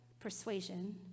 Persuasion